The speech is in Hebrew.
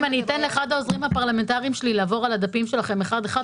אם אני אתן לאחד העוזרים הפרלמנטריים שלי לעבור על הדפים שלכם אחד-אחד,